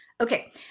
Okay